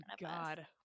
god